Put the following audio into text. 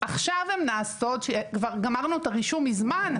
עכשיו הם נעשות שכבר גמרנו את הרישום מזמן,